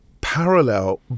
parallel